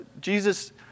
Jesus